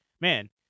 man